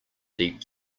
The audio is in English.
deep